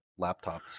laptops